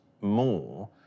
more